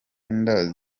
inda